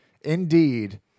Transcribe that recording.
Indeed